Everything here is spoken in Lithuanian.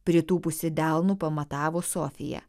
pritūpusi delnu pamatavo sofija